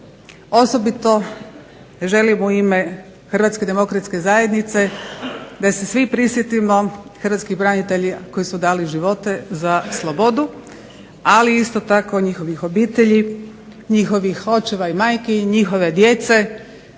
Osobito želim u ime HDZ-a da se svi prisjetimo hrvatskih branitelja koji su dali živote za slobodu, ali isto tako njihovih obitelji, njihovih očeva i majki i njihove djece.